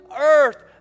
earth